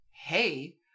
hey